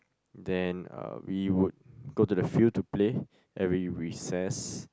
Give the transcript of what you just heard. then uh we would go to the field to play every recess